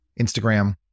Instagram